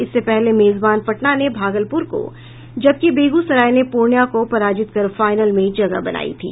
इससे पहले मेजबान पटना ने भागलपुर को जबकि बेगूसराय ने पूर्णिया को पराजित कर फाइनल में जगह बनायी थी